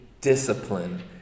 discipline